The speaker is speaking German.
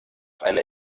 einer